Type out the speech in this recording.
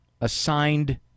assigned